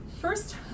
First